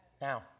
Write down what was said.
now